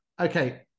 Okay